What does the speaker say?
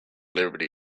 liberty